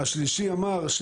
השלישי אמר,